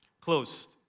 closed